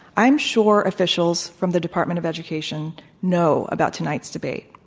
i am sure officials from the department of education know about tonight's debate.